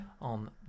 On